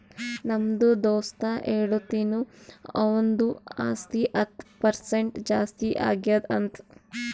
ನಮ್ದು ದೋಸ್ತ ಹೇಳತಿನು ಅವಂದು ಆಸ್ತಿ ಹತ್ತ್ ಪರ್ಸೆಂಟ್ ಜಾಸ್ತಿ ಆಗ್ಯಾದ್ ಅಂತ್